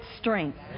strength